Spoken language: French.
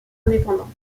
indépendant